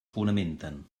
fonamenten